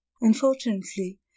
Unfortunately